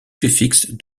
suffixe